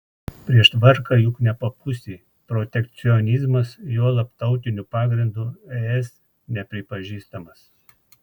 prieš tvarką juk nepapūsi protekcionizmas juolab tautiniu pagrindu es nepripažįstamas